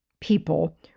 people